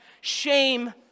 shame